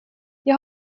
jag